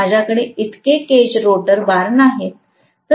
माझ्याकडे इतके cage rotor bar नाहीत